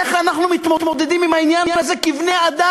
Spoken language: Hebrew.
איך אנחנו מתמודדים עם העניין הזה כבני-אדם?